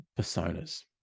personas